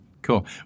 Cool